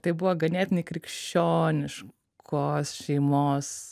tai buvo ganėtinai krikščioniškos šeimos